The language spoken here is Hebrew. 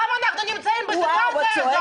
למה אנחנו נמצאים בסיטואציה הזאת?